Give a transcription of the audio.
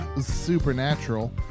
supernatural